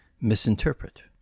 misinterpret